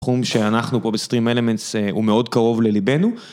תחום שאנחנו פה בסטרים אלמנטס הוא מאוד קרוב לליבנו.